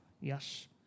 Yes